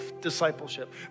Discipleship